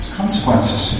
consequences